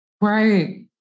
Right